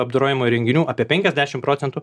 apdorojimo įrenginių apie penkiasdešimt procentų